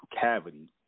cavity